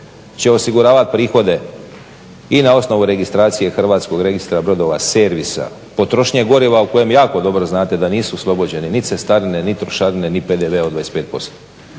će osiguravati prihode i na osnovu registracije Hrvatskog registra brodova Servisa, potrošnje goriva o kojem jako dobro znate da nisu oslobođeni ni cestarine, ni trošarine, ni PDV-a od 25%.